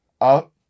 up